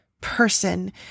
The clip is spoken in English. person